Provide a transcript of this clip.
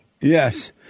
Yes